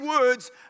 words